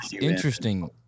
interesting